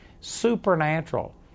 supernatural